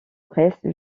presse